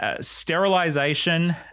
sterilization